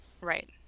Right